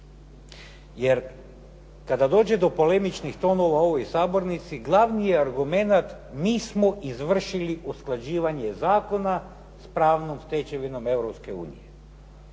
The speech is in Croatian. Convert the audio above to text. Jer kada dođe do polemičnih tonova u ovoj sabornici glavni je argument mi smo izvršili usklađivanje zakona s pravnom stečevinom